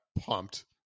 pumped